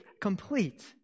complete